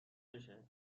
بشه